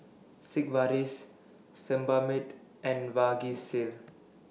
Sigvaris Sebamed and Vagisil